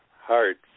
hard